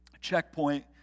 checkpoint